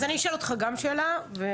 אז אני אשאל אותך גם שאלה ותענה,